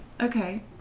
okay